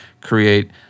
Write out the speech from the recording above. create